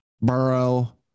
Burrow